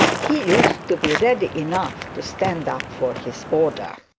he used to be ready enough to stand up for his order